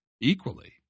equally